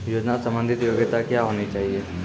योजना संबंधित योग्यता क्या होनी चाहिए?